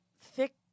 thick